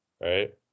right